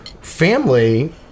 family